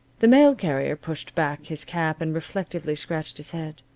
the mail carrier pushed back his cap and reflectively scratched his head.